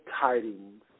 tidings